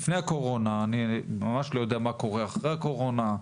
לאחר מכן,